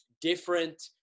different